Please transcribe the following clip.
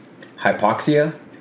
Hypoxia